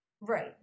right